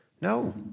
no